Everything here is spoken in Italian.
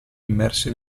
immersi